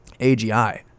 AGI